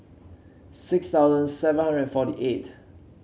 six thousand seven hundred forty eight